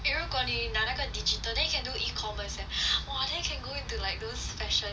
eh 如果你拿那个 digital then you can do e-commerce eh !wah! then you can go into like those fashion